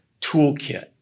toolkit